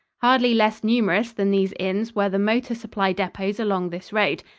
hardly less numerous than these inns were the motor-supply depots along this road.